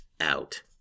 out